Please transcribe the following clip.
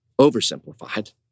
oversimplified